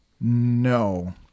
No